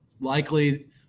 likely